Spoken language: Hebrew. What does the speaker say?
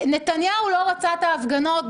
נתניהו לא רצה את ההפגנות,